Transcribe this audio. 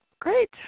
Great